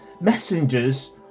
messengers